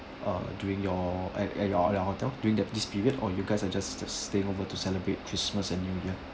uh during your at at your your hotel during at this period or you guys are just just stay over to celebrate christmas and new year